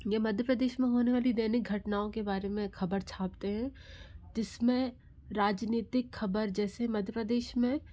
या मध्य प्रदेश में होने वाली दैनिक घटनओं के बारे में खबर छापते हैं जिसमे राजनितिक खबर जैसे मध्य प्रदेश में